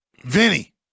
Vinny